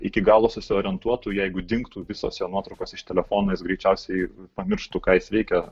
iki galo susiorientuotų jeigu dingtų visos jo nuotraukos iš telefono jis greičiausiai pamirštų ką jis veikė